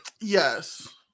Yes